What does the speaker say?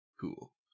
Cool